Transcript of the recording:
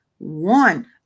One